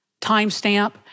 timestamp